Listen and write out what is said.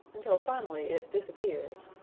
until finally it disappears,